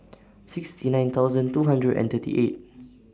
sixty nine thousand two hundred and thirty eight